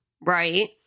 right